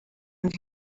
ngo